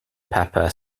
pepper